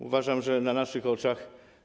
Uważam, że na naszych oczach.